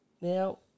Now